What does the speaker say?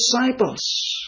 disciples